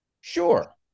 sure